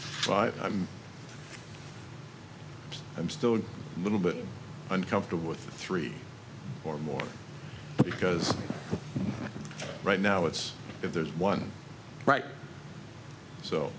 i'm i'm still a little bit uncomfortable with three or more because right now it's if there's one right so